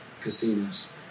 Casinos